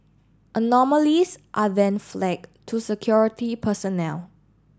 anomalies are then flagged to security personnel